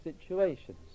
situations